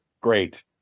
Great